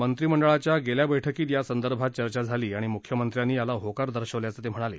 मंत्रीमंडळाच्या गेल्या बैठकीत यासंदर्भात चर्चा झाली आणि मुख्यमंत्र्यांनी याला होकार दर्शवल्याचं ते म्हणाले